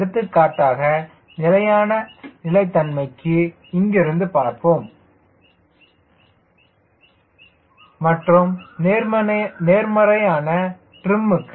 எடுத்துக்காட்டாக நிலையான ஸ்திரத்தன்மைக்கு இங்கிருந்து பார்த்தோம் Cm0 மற்றும் நேர்மறையான டிரிமுக்கு